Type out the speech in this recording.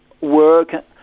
work